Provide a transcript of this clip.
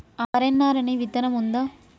RNR అనే విత్తనం ఉందా?